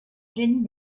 génie